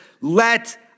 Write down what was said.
Let